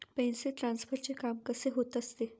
पैसे ट्रान्सफरचे काम कसे होत असते?